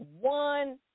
one